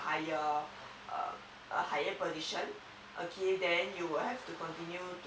higher uh higher position they you will have to continue to